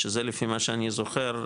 שזה לפי מה שאני זוכר,